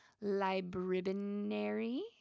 library